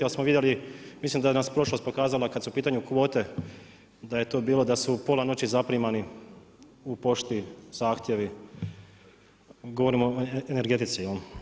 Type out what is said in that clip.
Jer smo vidjeli, mislim da nam je prošlost pokazala kada su u pitanju kvote da je to bilo da su u pola noći zaprimani u pošti zahtjevi, govorimo o energetici.